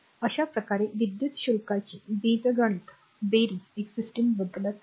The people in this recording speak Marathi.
अशा प्रकारे विद्युत शुल्काची बीजगणित बेरीज एक सिस्टम बदलत नाही